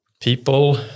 people